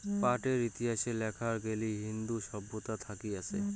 পাটের ইতিহাস দেখাত গেলি ইন্দু সভ্যতা থাকি আসে